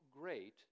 great